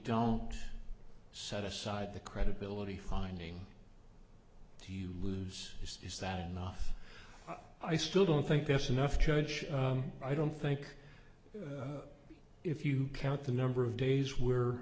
don't set aside the credibility finding you lose is is that enough i still don't think that's enough judge i don't think if you count the number of days were